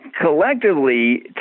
collectively